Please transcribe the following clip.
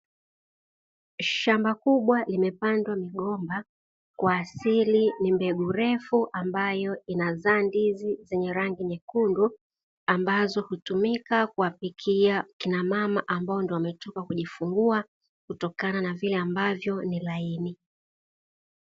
Shamba kubwa limepandwa migomba kwa asili, ni mbegu refu ambayo inazaa ndizi zenye rangi nyekundu ambazo hutumika kuwapikia kina mama ambao ndio wametoka kujifungua kutokana na vile ambavyo ni laini.